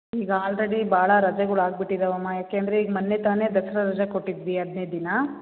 ಈಗ ಆಲ್ರಡಿ ಭಾಳ ರಜಗಳಾಗ್ಬಿಟ್ಟಿದವಮ್ಮ ಏಕೆಂದ್ರೆ ಈಗ ಮೊನ್ನೆ ತಾನೆ ದಸರಾ ರಜಾ ಕೊಟ್ಟಿದ್ವಿ ಹದ್ನೈದು ದಿನ